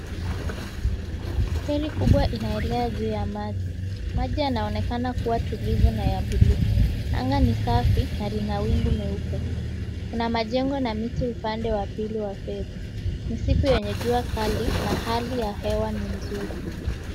Feri kubwa inaelea juu ya maji. Maji yanaonekana kuwa tulivu na ya buluu. Anga ni safi na lina wingu meupe. Kuna majengo na miti upande wa pili wa feri. Ni siku yenye jua kali na hali ya hewa ni nzuri.